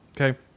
Okay